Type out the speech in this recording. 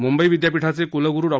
म्ंबई विद्यापीठाचे क्लग्रू डॉ